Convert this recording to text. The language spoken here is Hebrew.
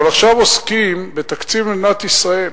אבל עכשיו עוסקים בתקציב למדינת ישראל,